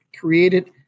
created